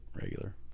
regular